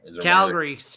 Calgary